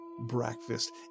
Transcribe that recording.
breakfast